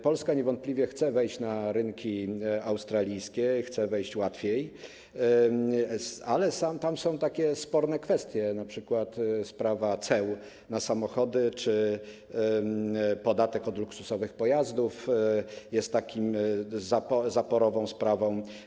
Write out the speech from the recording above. Polska niewątpliwie chce wejść na rynki australijskie, chce wejść łatwiej, ale tam są takie sporne kwestie, np. sprawa ceł na samochody czy podatku od luksusowych pojazdów jest taką zaporową sprawą.